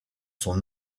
son